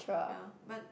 ya but